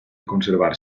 conservar